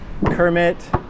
Kermit